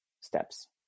steps